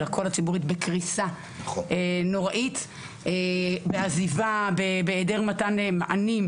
אלא כל הציבורית בקריסה נוראית ועזיבה בהעדר מתן מענים,